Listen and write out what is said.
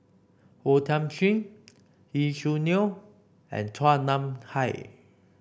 O Thiam Chin Lee Choo Neo and Chua Nam Hai